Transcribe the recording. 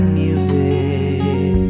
music